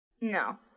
no